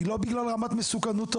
לא בגלל רמת מסוכנותו.